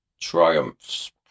Triumphs